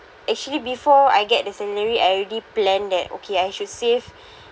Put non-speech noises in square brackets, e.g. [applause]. actually before I get the salary I already planned that okay I should save [breath]